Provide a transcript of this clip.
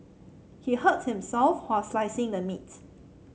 he hurt himself while slicing the meat